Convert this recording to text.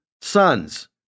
sons